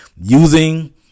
using